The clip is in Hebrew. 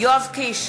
יואב קיש,